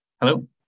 Hello